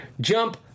Jump